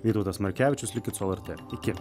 vytautas markevičius likit su lrt iki